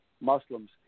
Muslims